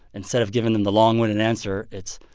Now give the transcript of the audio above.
instead of giving them the long-winded answer, it's,